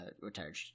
retired